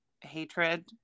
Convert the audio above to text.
hatred